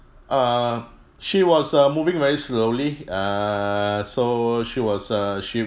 err she was uh moving very slowly err so she was uh she